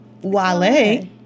wale